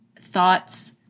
thoughts